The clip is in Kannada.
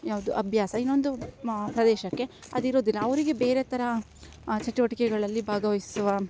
ಯಾವುದು ಅಭ್ಯಾಸ ಇನ್ನೊಂದು ಮ ಪ್ರದೇಶಕ್ಕೆ ಅದು ಇರೋದಿಲ್ಲ ಅವರಿಗೆ ಬೇರೆ ಥರ ಚಟುವಟಿಕೆಗಳಲ್ಲಿ ಭಾಗವಹಿಸುವ